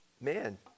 man